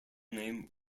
name